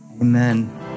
Amen